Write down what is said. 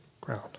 ground